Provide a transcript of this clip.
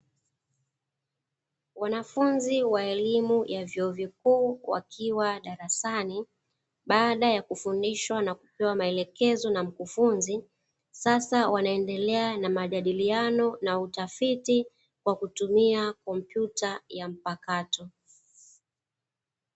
Wanafunzi wa elimu ya vyuo vikuu wakiwa darasani, baada ya kufundishwa na kupewa maelekezo na mkufunzi, sasa wanaendelea na majadiliano na utafiti kwa kutumia kompyuta ya mpakato.